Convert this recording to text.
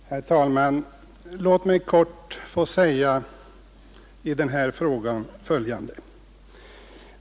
Herr talman! Låt mig helt kort få säga följande i denna fråga.